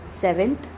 Seventh